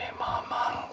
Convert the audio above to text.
mama